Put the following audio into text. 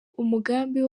umugambi